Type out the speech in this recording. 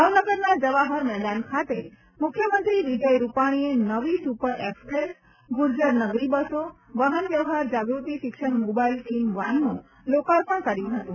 ભાવનગરના જવાહર મેદાન ખાતે મુખ્યમંત્રી વિજય રૂપાણીએ નવી સુપર એક્સપ્રેસ ગુર્જર નગરી બસો વાહન વ્યવહાર જાગૃતિ શિક્ષણ મોબાઈલ ટીમ વાનનું લોકાર્પણ કર્યું હતું